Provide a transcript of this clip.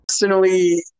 Personally